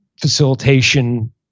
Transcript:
facilitation